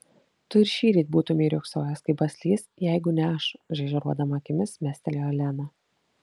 tu ir šįryt būtumei riogsojęs kaip baslys jeigu ne aš žaižaruodama akimis mestelėjo lena